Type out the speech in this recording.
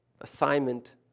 assignment